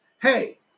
Hey